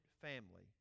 family